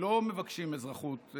לא מבקשים אזרחות,